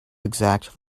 exact